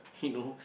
he know